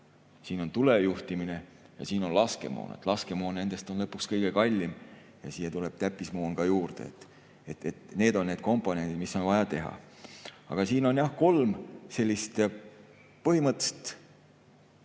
siin on tulejuhtimine ja siin on laskemoon. Laskemoon nendest on lõpuks kõige kallim ja siia tuleb täppismoon ka juurde. Need on need komponendid, mis on vajalikud. Siin on kolm sellist põhimõtteliselt